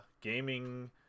gaming